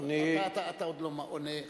אתה עוד לא עונה.